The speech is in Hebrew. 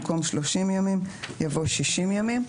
במקום "שלושים ימים" יבוא "60 ימים".